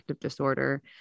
disorder